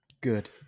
Good